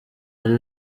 ari